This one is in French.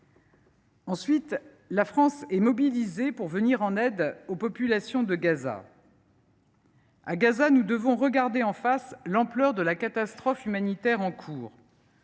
Ensuite, la France est mobilisée pour venir en aide aux populations de Gaza. À Gaza, nous devons regarder en face l’ampleur de la catastrophe humanitaire en cours.